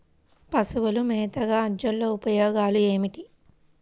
పశువుల మేతగా అజొల్ల ఉపయోగాలు ఏమిటి?